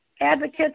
advocates